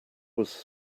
was